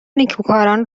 نیکوکاران